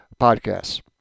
podcasts